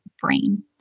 brain